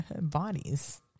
bodies